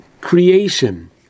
creation